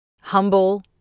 humble